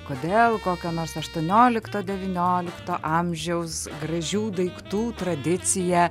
kodėl kokio nors aštuoniolikto devyniolikto amžiaus gražių daiktų tradicija